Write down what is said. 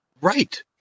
Right